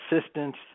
assistance